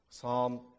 Psalm